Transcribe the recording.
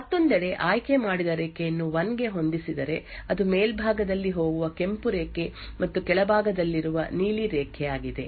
ಮತ್ತೊಂದೆಡೆ ಆಯ್ಕೆಮಾಡಿದ ರೇಖೆಯನ್ನು 1 ಗೆ ಹೊಂದಿಸಿದರೆ ಅದು ಮೇಲ್ಭಾಗದಲ್ಲಿ ಹೋಗುವ ಕೆಂಪು ರೇಖೆ ಮತ್ತು ಕೆಳಭಾಗದಲ್ಲಿರುವ ನೀಲಿ ರೇಖೆಯಾಗಿದೆ